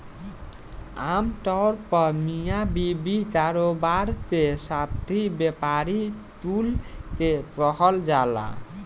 आमतौर पर मिया बीवी, कारोबार के साथी, व्यापारी कुल के कहल जालन